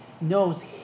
knows